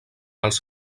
els